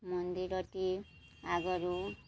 ମନ୍ଦିରଟି ଆଗରୁ